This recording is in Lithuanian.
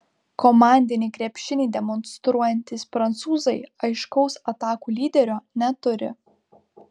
komandinį krepšinį demonstruojantys prancūzai aiškaus atakų lyderio neturi